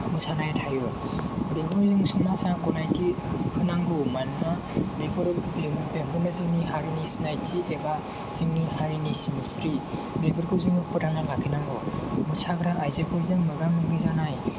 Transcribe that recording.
मोसानाय थायो बेनिनो समाजा गनायथि होनांगौ मानोना बेफोर बेफोरनो जोंनि हारिनि सिनायथि एबा जोंनि हारिनि सिनस्रि बेफोरखौ जोङो फोथांना लाखिनांगौ मोसाग्रा आइजोफोर जेनेबा गामिनि जानाय